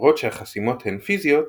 למרות שהחסימות הן פיזיות,